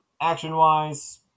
Action-wise